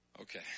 Okay